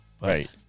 Right